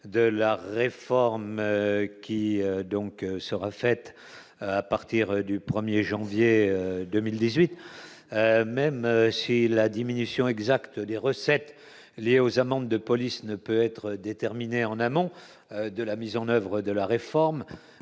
de la réforme, qui donc sera faite à partir du 1er janvier 2018 même si la diminution exacte des recettes liées aux amendes de police ne peut être déterminée en amont de la mise en oeuvre de la réforme,